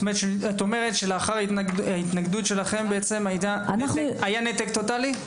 כלומר לאחר ההתנגדות שלכם בעצם היה נתק טוטאלי?